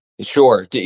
sure